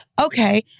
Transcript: okay